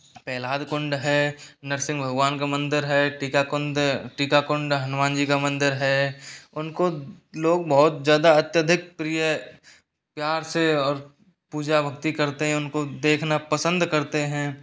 प्रहलाद कुंड है नरसिंह भगवान का मंदिर है टीकाकुण्ड टीकाकुण्ड हनुमान जी का मंदिर है उनको लोग बहुत ज़्यादा अत्यधिक प्रिय प्यार से और पूजा भक्ति करते हैं उनको देखना पसंद करते हैं